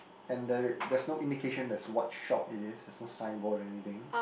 and there there's no indication there is what shop it is there's no signboard or anything